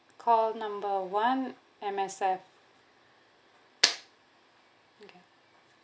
call number one M_S_F